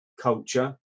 culture